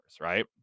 right